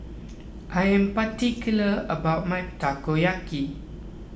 I am particular about my Takoyaki